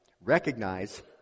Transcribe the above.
recognize